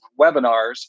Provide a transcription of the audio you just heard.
webinars